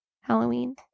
halloween